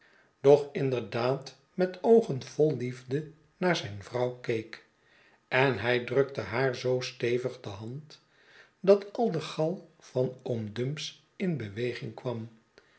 doch inderdaad met oogen vol liefde naar zyn vrouw keek en hij drukte haar zoo stevig de hand dat al de gal van oom dumps in beweging kwam